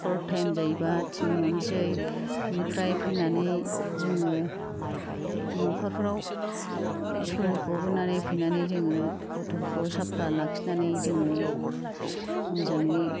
school time जायोबा थिनहरनोसै आमफ्राय फैनानै जोङो न'खरफ्राव स्कुल गबोनानै फैनानै जोङो गथ'फोरखौ साफा लाखिनानै जोङो मोजाङै